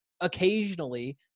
occasionally